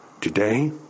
Today